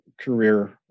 career